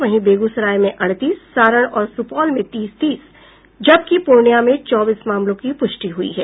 वहीं बेगूसराय में अड़तीस सारण और सूपौल में तीस तीस जबकि पूर्णिया में चौबीस मामलों की पुष्टि हुई है